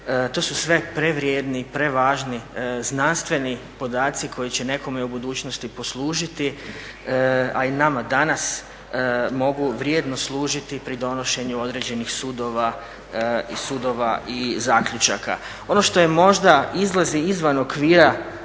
to su sve prevrijedni i prevažni znanstveni podaci koji će nekome u budućnosti poslužiti, a i nama danas mogu vrijedno služiti pri donošenju određenih sudova i zaključaka. Ono što možda izlazi izvan okvira